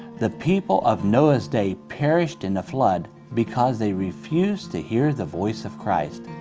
the people of noah's day perished in the flood because they refused to hear the voice of christ.